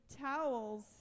towels